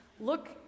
look